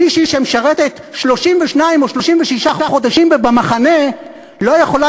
מישהי שמשרתת 32 או 36 חודשים ב"במחנה" לא יכולה